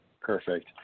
Perfect